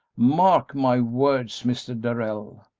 mark my words, mr. darrell,